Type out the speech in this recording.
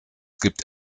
gibt